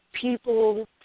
people